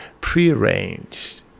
prearranged